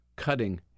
cutting